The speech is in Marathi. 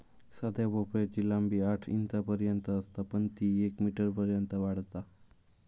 साध्या भोपळ्याची लांबी आठ इंचांपर्यंत असता पण ती येक मीटरपर्यंत वाढता